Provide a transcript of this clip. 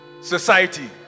Society